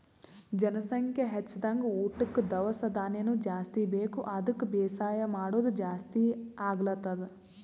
ಜನಸಂಖ್ಯಾ ಹೆಚ್ದಂಗ್ ಊಟಕ್ಕ್ ದವಸ ಧಾನ್ಯನು ಜಾಸ್ತಿ ಬೇಕ್ ಅದಕ್ಕ್ ಬೇಸಾಯ್ ಮಾಡೋದ್ ಜಾಸ್ತಿ ಆಗ್ಲತದ್